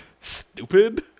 Stupid